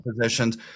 positions